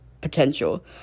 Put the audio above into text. potential